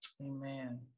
Amen